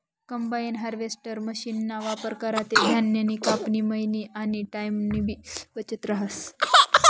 combine harvester मशीनना वापर करा ते धान्यनी कापनी, मयनी आनी टाईमनीबी बचत व्हस